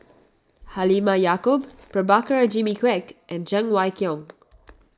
Halimah Yacob Prabhakara Jimmy Quek and Cheng Wai Keung